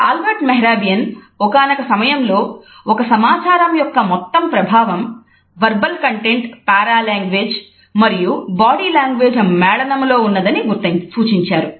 Albert Mehrabian ఒకానొక సమయములో ఒక సమాచారం యొక్క మొత్తం ప్రభావం వెర్బల్ కంటెంట్ పారా లాంగ్వేజ్ మరియు బాడీ లాంగ్వేజ్ ల మేళనము లో ఉన్నదని సూచించారు